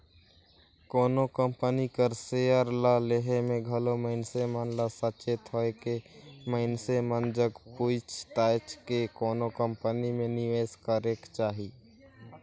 कोनो कंपनी कर सेयर ल लेहे में घलो मइनसे मन ल सचेत होएके मइनसे मन जग पूइछ ताएछ के कोनो कंपनी में निवेस करेक चाही